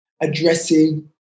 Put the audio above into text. addressing